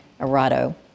Arado